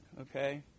okay